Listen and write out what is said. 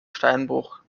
steinbruch